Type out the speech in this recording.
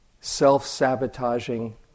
self-sabotaging